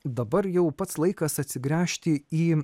dabar jau pats laikas atsigręžti į